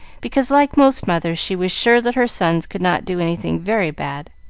because, like most mothers, she was sure that her sons could not do anything very bad.